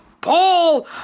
Paul